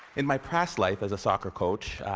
in my past life as a soccer coach,